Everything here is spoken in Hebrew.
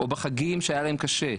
או בחגים כשהיה להם קשה.